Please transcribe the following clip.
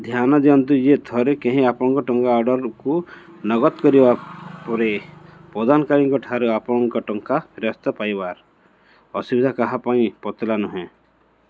ଧ୍ୟାନ ଦିଅନ୍ତୁ ଯେ ଥରେ କେହି ଆପଣଙ୍କ ଟଙ୍କା ଅର୍ଡ଼ରକୁ ନଗଦ କରିବା ପରେ ପ୍ରଦାନକାରୀଙ୍କ ଠାରୁ ଆପଣଙ୍କ ଟଙ୍କା ଫେରସ୍ତ ପାଇବାର ଅସୁବିଧା କାହା ପାଇଁ ପତଳା ନୁହେଁ